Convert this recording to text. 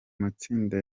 matsinda